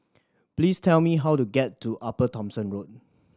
please tell me how to get to Upper Thomson Road